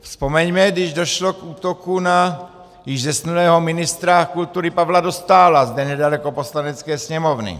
Vzpomeňme, když došlo k útoku na již zesnulého ministra kultury Pavla Dostála zde nedaleko Poslanecké sněmovny.